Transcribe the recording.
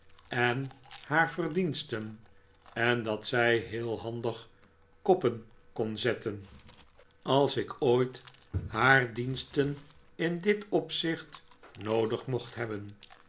en haar verdiensten en dat zij heel handig koppen kon zetten als ik ooit haar diensten in dit opzicht noodig mocht hebben